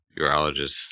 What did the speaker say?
urologist